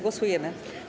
Głosujemy.